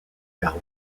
par